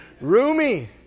Roomy